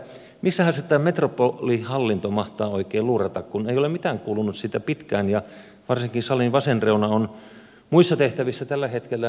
missähän se metropolihallinto mahtaa oikein luurata kun ei ole mitään kuulunut siitä pitkään aikaan ja varsinkin salin vasen reuna on muissa tehtävissä tällä hetkellä